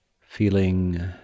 feeling